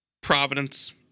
Providence